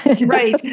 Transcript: Right